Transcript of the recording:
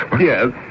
Yes